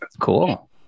Cool